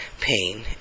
pain